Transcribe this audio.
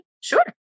Sure